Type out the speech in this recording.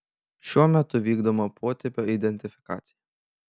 šiuo metu vykdoma potipio identifikacija